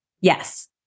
Yes